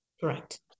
Correct